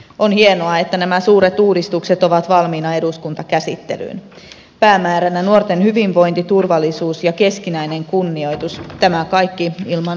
on hienoa että nämä suuret uudistukset ovat valmiina eduskuntakäsittelyyn päämääränä nuorten hyvinvointi turvallisuus ja keskinäinen kunnioitus tämä kaikki ilman hallitusohjelman kirjausta